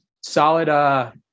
solid